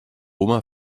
oma